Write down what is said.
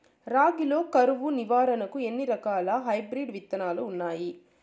రాగి లో కరువు నివారణకు ఎన్ని రకాల హైబ్రిడ్ విత్తనాలు ఉన్నాయి